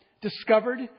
discovered